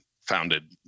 founded